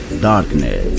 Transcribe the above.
Darkness